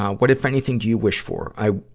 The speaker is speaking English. what, if anything, do you wish for? i